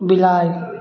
बिलाड़ि